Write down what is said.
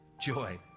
joy